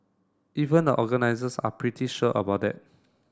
even the organisers are pretty sure about that